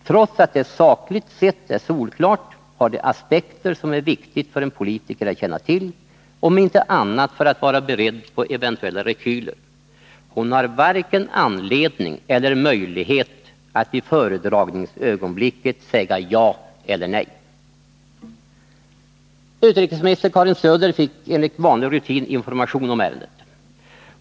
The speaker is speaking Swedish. Trots att det sakligt sett är solklart har det aspekter som det är viktigt för en politiker att känna till, om inte annat så för att vara beredd på eventuella rekyler. Hon har varken anledning eller möjlighet att i föredragningsögonblicket säga ja eller nej.” Utrikesminister Karin Söder fick enligt vanlig rutin information om ärendet.